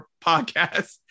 podcast